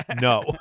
No